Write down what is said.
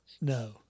No